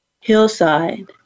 hillside